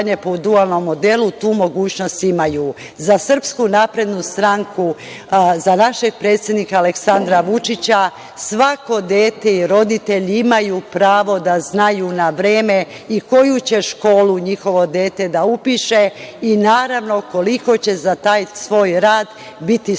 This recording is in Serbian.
po dualnom modelu, tu mogućnost imaju.Za SNS, za našeg predsednika Aleksandra Vučića, svako dete i roditelj imaju pravo da znaju na vreme i koju će školu njihovo dete da upiše i naravno koliko će za taj svoj rad biti